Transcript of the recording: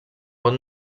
pot